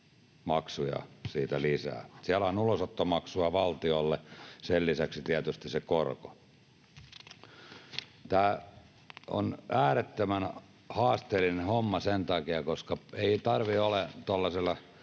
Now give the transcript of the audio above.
maksuja lisää. Siellä on ulosottomaksua valtiolle, sen lisäksi tietysti se korko. Tämä on äärettömän haasteellinen homma sen takia, että ei tarvitse ole normaalilla